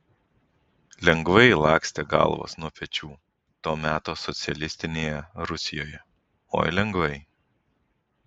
lengvai lakstė galvos nuo pečių to meto socialistinėje rusijoje oi lengvai